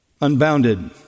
unbounded